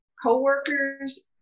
co-workers